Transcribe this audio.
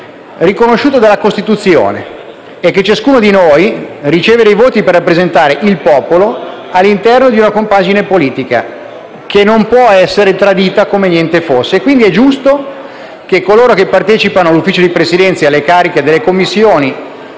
riconosciuto dalla Costituzione e che ciascuno di noi riceve dei voti per rappresentare il popolo all'interno di una compagine politica che non può essere tradita come niente fosse. Pertanto, è giusto che coloro che partecipano all'Ufficio di Presidenza e alle cariche delle Commissioni